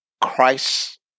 Christ